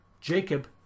Jacob